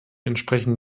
entsprechend